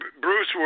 Bruce